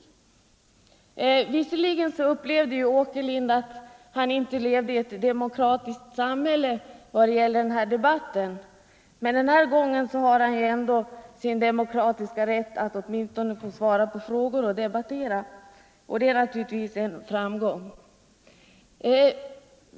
Herr Åkerlind upplevde visserligen denna debatt så, att han inte levde i ett demokratiskt samhälle, men nu har han ju ändå sin demokratiska rätt att åtminstone svara på frågor och att debattera.